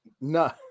No